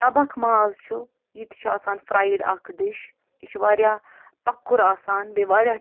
تبکھ ماز چھُ یہِ تہِ چھُ آسان فرٛایڈ اکھ ڈِش یہِ چھُ واریاہ ٹکُر آسان بیٚیہِ واریاہ